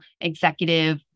executive